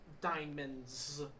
diamonds